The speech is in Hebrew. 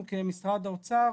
אנחנו כמשרד האוצר,